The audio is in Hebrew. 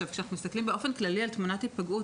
כשאנחנו מסתכלים על תמונת היפגעות,